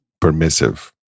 permissive